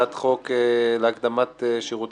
הצעת חוק העיסוק באופטומטריה (תיקון מס'